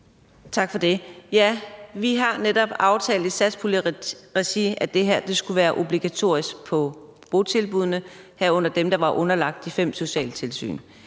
Tak for det. Ja, vi har netop aftalt i satspuljeregi, at det her skulle være obligatorisk på botilbuddene, herunder dem, der var underlagt de fem socialtilsyn.